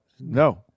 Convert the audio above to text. no